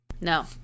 No